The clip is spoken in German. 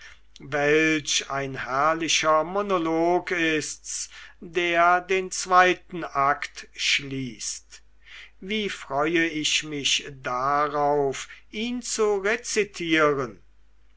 welch ein herrlicher monolog ist's der den zweiten akt schließt wie freue ich mich darauf ihn zu rezitieren